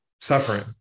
suffering